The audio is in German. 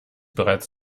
bereits